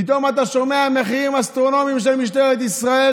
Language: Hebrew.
פתאום אתה שומע מחירים אסטרונומיים של משטרת ישראל,